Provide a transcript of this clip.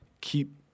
keep